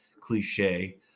cliche